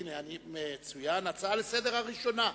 ההצעה הראשונה,